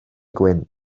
gwyn